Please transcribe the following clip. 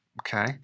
Okay